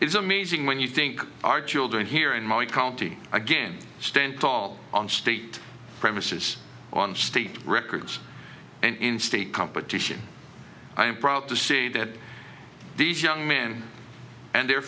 it's amazing when you think our children here in my county again stand tall on state premises on state records and in state competition i am proud to see that these young men and their